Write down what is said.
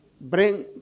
Bring